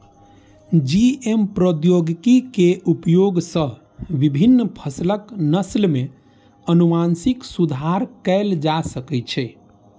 GM प्रौद्योगिकी के उपयोग सं विभिन्न फसलक नस्ल मे आनुवंशिक सुधार कैल जा सकै छै